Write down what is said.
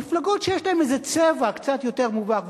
מפלגות שיש להן איזה צבע קצת יותר מובהק,